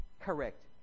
correct